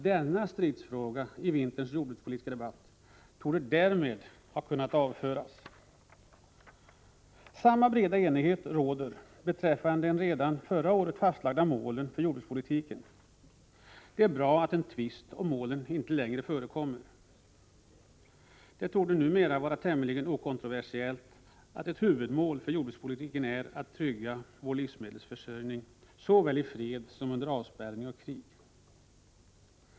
Denna stridsfråga i vinterns jordbrukspolitiska debatt torde därmed kunna avföras. Samma breda enighet råder beträffande de redan förra året fastlagda målen för jordbrukspolitiken. Det är bra att en tvist om målen inte längre förekommer. Det torde numera vara tämligen okontroversiellt att ett huvudmål för jordbrukspolitiken är att trygga vår livsmedelsförsörjning såväl i fred som under avspärrning och krig.